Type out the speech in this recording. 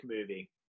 movie